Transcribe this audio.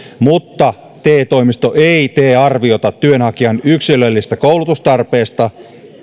mutta te toimisto ei tee arviota työnhakijan yksilöllisestä koulutustarpeesta